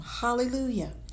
Hallelujah